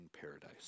paradise